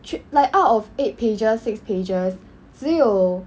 like out of eight pages six pages 只有